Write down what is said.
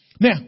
Now